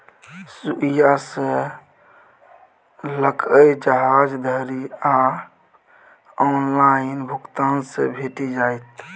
सुईया सँ लकए जहाज धरि आब ऑनलाइन भुगतान सँ भेटि जाइत